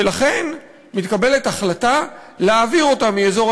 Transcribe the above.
ולכן מתקבלת החלטה להעביר אותם מאזור